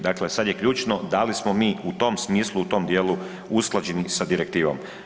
Dakle, sad je ključno da li smo mi u tom smislu i u tom dijelu usklađeni sa direktivom.